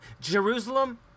Jerusalem